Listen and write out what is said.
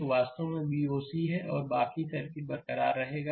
तो यह वास्तव में Voc है और बाकी सर्किट बरकरार रहेगा